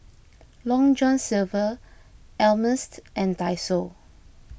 Long John Silver Ameltz and Daiso